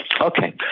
Okay